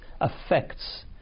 affects